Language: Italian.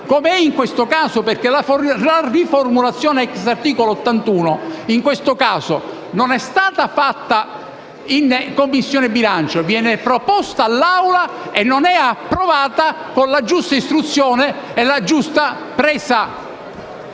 come in questo caso. La riformulazione *ex* articolo 81 in questo caso non è stata fatta in Commissione bilancio, ma è stata proposta all'Assemblea e non è approvata con la giusta istruzione e la giusta presa